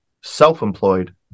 self-employed